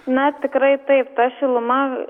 na tikrai taip ta šiluma